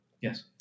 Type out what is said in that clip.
Yes